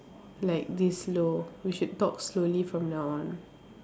like this slow we should talk slowly from now on